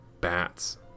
bats